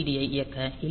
டியை இயக்க எல்